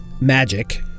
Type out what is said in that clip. magic